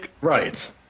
Right